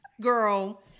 girl